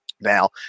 Now